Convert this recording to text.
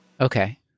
Okay